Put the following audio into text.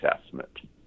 assessment